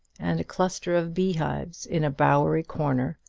and a cluster of beehives in a bowery corner,